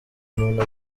umuntu